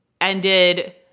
ended